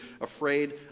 afraid